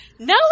No